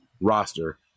roster